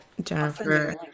Jennifer